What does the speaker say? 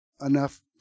enough